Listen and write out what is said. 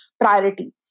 priority